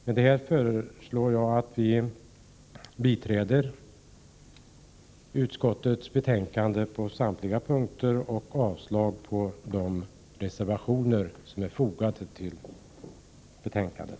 Med det sagda föreslår jag bifall till utskottets hemställan på samtliga punkter och avslag på de reservationer som är fogade till betänkandet.